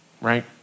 right